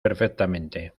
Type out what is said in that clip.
perfectamente